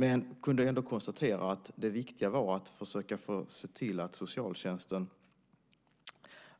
Han kunde ändå konstatera att det viktiga var att försöka se till att socialtjänsten